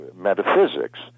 metaphysics